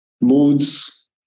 moods